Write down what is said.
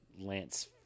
Lance